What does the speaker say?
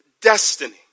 destiny